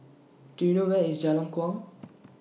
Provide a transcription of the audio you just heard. Do YOU know Where IS Jalan Kuang